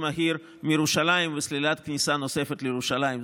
מהיר מירושלים וסלילת כניסה נוספת לירושלים.